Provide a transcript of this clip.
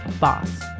Boss